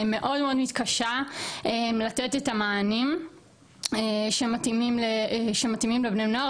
מאוד מאוד מתקשה לתת את המענים שמתאימים לבני נוער,